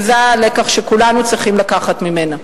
וזה הלקח שכולנו צריכים לקחת ממנה.